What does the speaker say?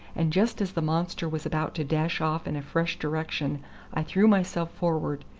and just as the monster was about to dash off in a fresh direction i threw myself forward,